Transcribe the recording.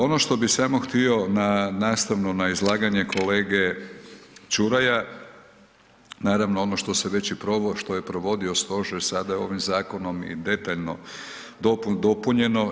Ono što bi samo htio nastavno na izlaganje kolege Čuraja, naravno ono što je već i provodio stožer sada ovim zakonom i detaljno dopunjeno.